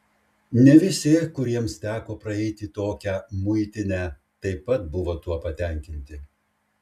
ne visi kuriems teko praeiti tokią muitinę taip pat buvo tuo patenkinti